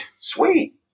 sweet